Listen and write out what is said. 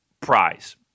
prize